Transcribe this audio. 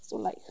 so like